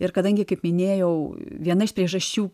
ir kadangi kaip minėjau viena iš priežasčių